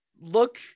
look